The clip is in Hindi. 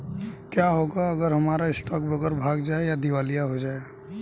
क्या होगा अगर हमारा स्टॉक ब्रोकर भाग जाए या दिवालिया हो जाये?